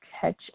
catch